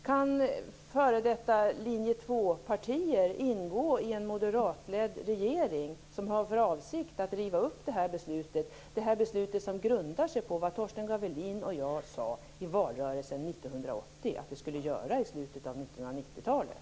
Kan före detta linje 2 partier ingå i en moderatledd regering som har för avsikt att riva upp det här beslutet, som grundar sig på vad Torsten Gavelin och jag i valrörelsen 1980 sade att vi skulle göra i slutet av 1990-talet?